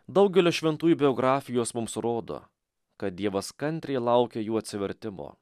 daugelio šventųjų biografijos mums rodo kad dievas kantriai laukia jų atsivertimo